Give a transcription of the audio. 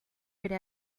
could